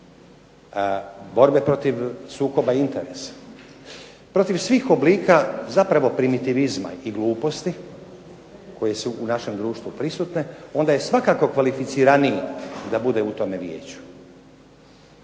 borbe protiv sukoba interesa, protiv svih oblika primitivizma i gluposti koje su u našem društvu prisutne onda je svakako kvalificiraniji da bude u tome vijeću.